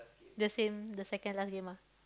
the same the second last game ah